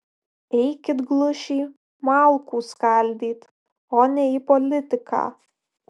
eikit glušiai malkų skaldyt o ne į politiką